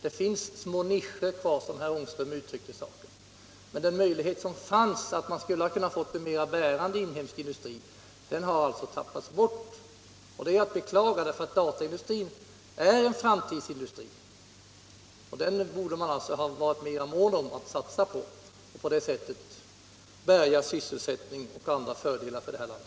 Det finns, som herr Ångström uttryckte det, bara små nischer kvar. Den möjlighet som där fanns att få en mera bärkraftig inhemsk industri har tappats bort. Och det är att beklaga, eftersom dataindustrin är en framtidsindustri. Den borde man ha varit mera mån om att satsa på för att rädda sysselsättning och andra fördelar för det här landet.